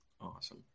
Awesome